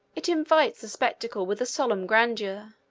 it invests the spectacle with a solemn grandeur.